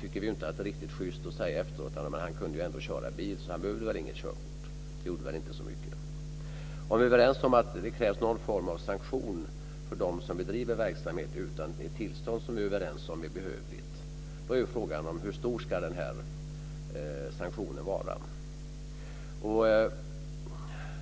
tycker vi inte att det är riktigt schyst att efteråt säga att "han kunde ändå köra bil, så han behövde väl inget körkort. Det gjorde inte så mycket." Vi är överens om att det krävs någon form av sanktion för dem som bedriver verksamhet utan det tillstånd som vi är överens om är behövligt. Då är frågan hur stor sanktionen ska vara.